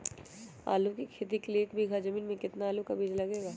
आलू की खेती के लिए एक बीघा जमीन में कितना आलू का बीज लगेगा?